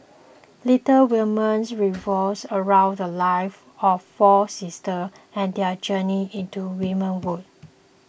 Little Women revolves around the lives of four sisters and their journey into womanhood